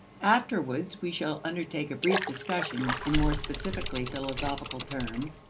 afterwards we shall undertake a brief discussion, in more specifically philosophical terms,